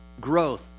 growth